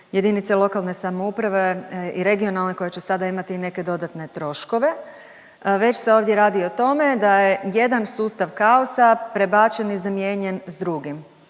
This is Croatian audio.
jedinice lokalne samouprave i regionalne koje će sada imati i neke dodatne troškove već se ovdje radi o tome da je jedan sustav kaosa prebačen i zamijenjen sa drugim.